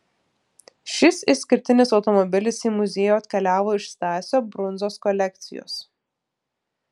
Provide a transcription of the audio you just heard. šis išskirtinis automobilis į muziejų atkeliavo iš stasio brundzos kolekcijos